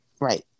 Right